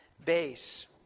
base